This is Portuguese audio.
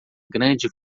grande